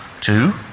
Two